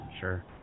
Sure